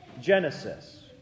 Genesis